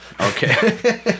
Okay